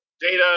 data